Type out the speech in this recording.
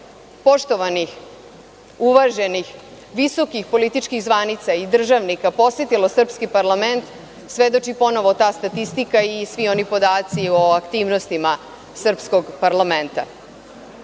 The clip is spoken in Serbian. poštovanih, uvaženih visokih političkih zvanica i državnika posetilo srpski parlament svedoči ponovo ta statistika i svi oni podaci o aktivnostima srpskog parlamenta. Kontrolna